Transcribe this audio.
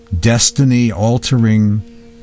destiny-altering